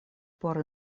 por